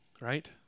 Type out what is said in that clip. right